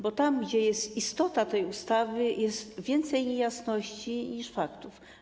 Bo tam, gdzie jest istota tej ustawy, jest więcej niejasności niż faktów.